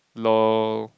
l_o_l